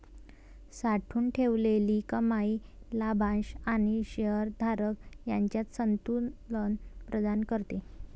राखून ठेवलेली कमाई लाभांश आणि शेअर धारक यांच्यात संतुलन प्रदान करते